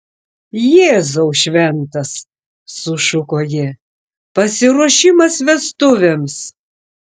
jėzau šventas sušuko ji pasiruošimas vestuvėms